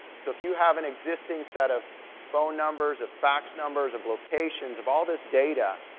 so if you have an existing set of phone numbers, of fax numbers, of locations, of all this data,